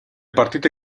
partite